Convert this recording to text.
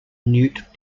newt